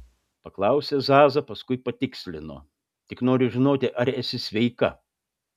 paklausė zaza paskui patikslino tik noriu žinoti ar esi sveika